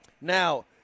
Now